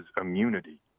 immunity